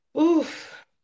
Oof